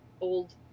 old